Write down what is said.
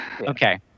Okay